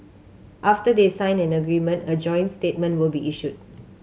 after they sign an agreement a joint statement will be issued